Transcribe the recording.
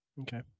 Okay